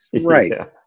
Right